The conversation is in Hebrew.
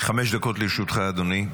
חמש דקות לרשותך, אדוני.